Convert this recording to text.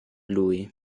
lui